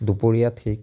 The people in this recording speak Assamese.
দুপৰীয়া ঠিক